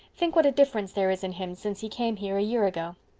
think what a difference there is in him since he came here a year ago.